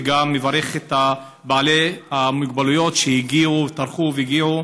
וגם מברך את בעלי המוגבלויות שטרחו והגיעו